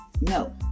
No